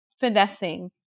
finessing